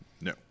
No